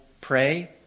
pray